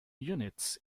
units